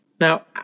Now